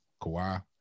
Kawhi